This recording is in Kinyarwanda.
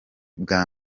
bwa